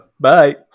Bye